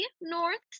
North